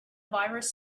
virus